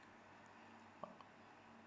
uh